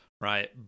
right